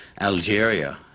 Algeria